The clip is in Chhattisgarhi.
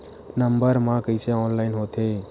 नम्बर मा कइसे ऑनलाइन होथे?